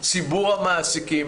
ציבור המעסיקים,